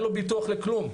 אין לו ביטוח לכלום.